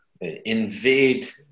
invade